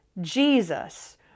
Jesus